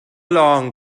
long